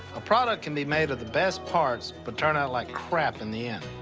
a product can be made of the best parts, but turn out like crap in the end,